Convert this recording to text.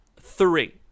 three